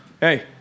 Hey